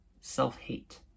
Self-hate